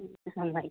നന്നായി